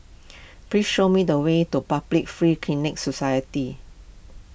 please show me the way to Public Free Clinic Society